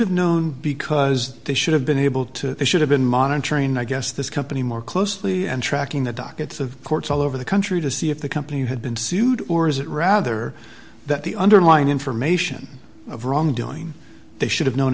have known because they should have been able to should have been monitoring i guess this company more closely and tracking the dockets of courts all over the country to see if the company had been sued or is it rather that the underlying information of wrongdoing they should have known